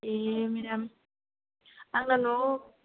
दे मेदाम आंना न'आव